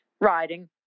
riding